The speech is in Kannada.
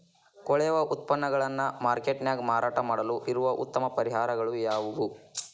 ಕೊಳೆವ ಉತ್ಪನ್ನಗಳನ್ನ ಮಾರ್ಕೇಟ್ ನ್ಯಾಗ ಮಾರಾಟ ಮಾಡಲು ಇರುವ ಉತ್ತಮ ಪರಿಹಾರಗಳು ಯಾವವು?